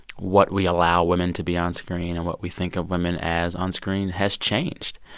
what we allow women to be onscreen and what we think of women as onscreen has changed.